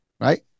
right